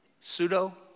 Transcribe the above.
Pseudo